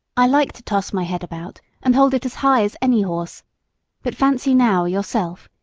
i like to toss my head about and hold it as high as any horse but fancy now yourself,